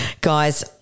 Guys